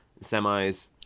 semis